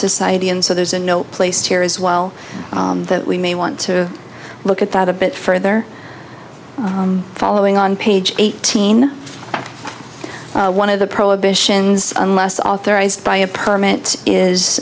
society and so there's a no place here as well that we may want to look at that a bit further following on page eighteen one of the prohibitions unless authorized by a permit